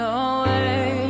away